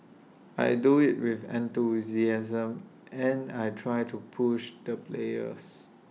I do IT with enthusiasm and I try to push the players